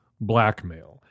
blackmail